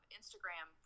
Instagram